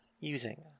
using